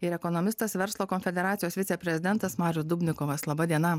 ir ekonomistas verslo konfederacijos viceprezidentas marius dubnikovas laba diena